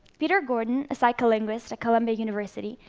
peter gordon, a psycholinguist at columbia university,